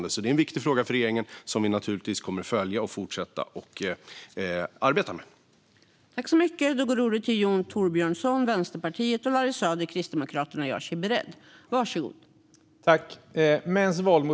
Det är alltså en viktig fråga för regeringen, och vi kommer naturligtvis att följa och fortsätta att arbeta med den.